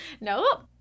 Nope